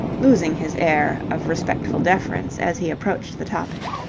losing his air of respectful deference as he approached the topic.